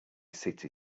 city